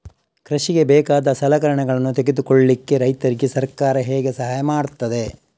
ಕೃಷಿಗೆ ಬೇಕಾದ ಸಲಕರಣೆಗಳನ್ನು ತೆಗೆದುಕೊಳ್ಳಿಕೆ ರೈತರಿಗೆ ಸರ್ಕಾರ ಹೇಗೆ ಸಹಾಯ ಮಾಡ್ತದೆ?